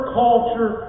culture